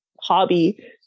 hobby